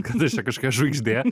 kad aš čia kažkokia žvaigždė